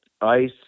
ice